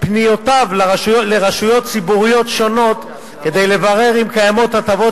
פניותיו אל רשויות ציבוריות שונות כדי לברר אם קיימות הטבות